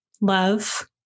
love